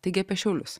taigi apie šiaulius